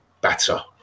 better